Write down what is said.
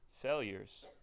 failures